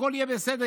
הכול יהיה בסדר,